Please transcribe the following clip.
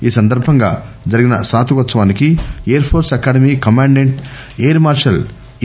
ఈ సందర్బంగా జరిగిన స్పాతకోత్సవానికి air force academy commandant air marshal ఎ